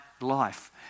life